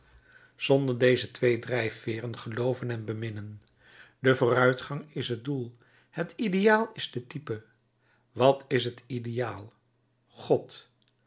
zonder deze twee drijfveeren gelooven en beminnen de vooruitgang is het doel het ideaal is de type wat is het ideaal god